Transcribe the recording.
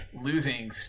losing